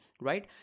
right